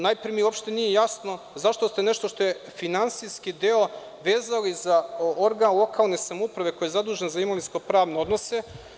Najpre, uopšte mi nije jasno zašto ste nešto što je finansijski deo vezali za organ lokalne samouprave koji je zadužen za imovinsko-pravne odnose?